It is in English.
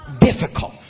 difficult